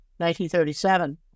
1937